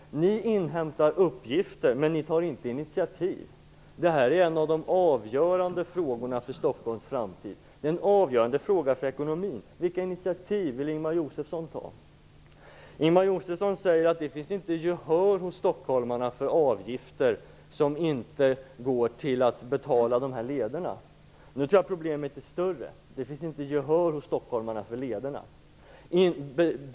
Ni inhämtar uppgifter, men ni tar inte initiativ. Det här är en av de avgörande frågorna för Stockholms framtid, det är en avgörande fråga för ekonomin. Vilka initiativ vill Ingemar Josefsson ta? Ingemar Josefsson säger att det inte finns gehör hos stockholmarna för avgifter som inte går till att betala de här lederna. Jag tror emellertid att problemet är större: Det finns inte gehör hos stockholmarna för lederna.